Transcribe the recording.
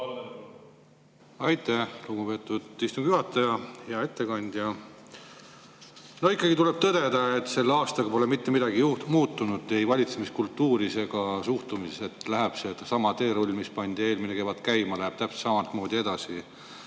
Aitäh, lugupeetud istungi juhataja! Hea ettekandja! Ikkagi tuleb tõdeda, et selle aastaga pole mitte midagi muutunud ei valitsemiskultuuris ega suhtumises. Seesama teerull, mis eelmine kevad käima pandi, läheb täpselt samamoodi edasi.